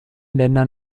länder